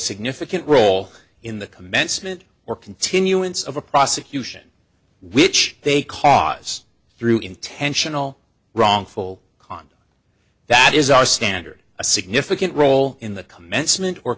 significant role in the commencement or continuance of a prosecution which they cause through intentional wrongful conduct that is our standard a significant role in the commencement or